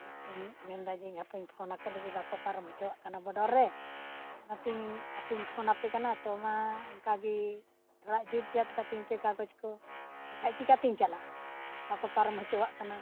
ᱚᱱᱟᱛᱮᱧ ᱢᱮᱱᱫᱟ ᱡᱮ ᱦᱟᱯᱮᱧ ᱯᱷᱳᱱ ᱟᱠᱚ ᱞᱟᱹᱜᱤᱫ ᱵᱟᱠᱚ ᱯᱟᱨᱚᱢ ᱦᱚᱪᱚᱣᱟᱜ ᱠᱟᱱᱟ ᱵᱚᱰᱚᱨ ᱨᱮ ᱚᱱᱟᱛᱮᱧ ᱟᱯᱮᱧ ᱯᱷᱳᱱ ᱟᱯᱮ ᱠᱟᱱᱟ ᱛᱚ ᱢᱟ ᱚᱱᱠᱟᱜᱮ ᱛᱷᱚᱲᱟ ᱡᱩᱛ ᱡᱟᱛ ᱠᱟᱹᱛᱤᱧ ᱯᱮ ᱠᱟᱜᱚᱡᱽ ᱠᱚ ᱵᱟᱠᱷᱟᱡ ᱪᱮᱠᱟᱛᱤᱧ ᱪᱟᱞᱟᱜᱼᱟ ᱵᱟᱠᱚ ᱯᱟᱨᱚᱢ ᱦᱚᱪᱚᱣᱟᱜ ᱠᱟᱱᱟ